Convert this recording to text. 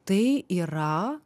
tai yra